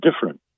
different